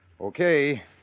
Okay